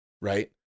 right